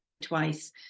twice